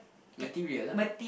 material lah